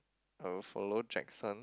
I will follow Jackson